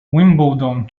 wimbledon